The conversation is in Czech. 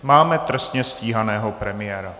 Máme trestně stíhaného premiéra.